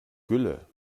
gülle